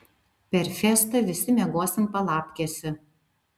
per festą visi miegosim palapkėse